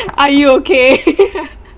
are you okay